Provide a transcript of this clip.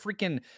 freaking